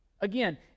Again